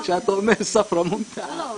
כשאתה אומר ספרא מונטעה זה --- לא,